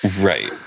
right